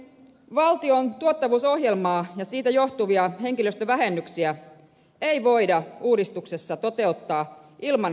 valtion tuottavuusohjelmaa ja siitä johtuvia henkilöstövähennyksiä ei voida uudistuksessa toteuttaa ilman turvallisuusriskiä